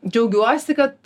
džiaugiuosi kad